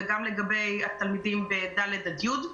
וגם לגבי התלמידים בכיתות ד' עד י'.